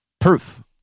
proof